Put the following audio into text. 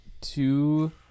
two